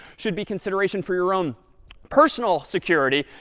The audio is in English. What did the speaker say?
should be consideration for your own personal security,